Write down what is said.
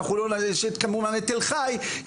יש כמובן את תל חי,